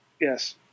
Yes